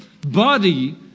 body